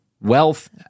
wealth